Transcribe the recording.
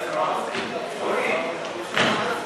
אורי, להשלים.